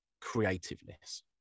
creativeness